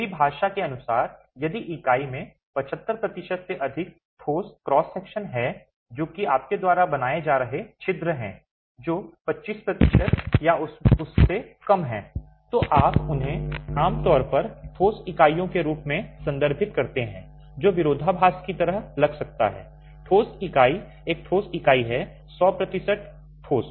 रिभाषा के अनुसार यदि इकाई में 75 प्रतिशत से अधिक ठोस क्रॉस सेक्शन है जो कि आपके द्वारा बनाए जा रहे छिद्र हैं जो 25 प्रतिशत या उससे कम हैं तो आप उन्हें आमतौर पर ठोस इकाइयों के रूप में संदर्भित करते हैं जो विरोधाभास की तरह लग सकता है ठोस इकाई एक ठोस इकाई है सौ प्रतिशत ठोस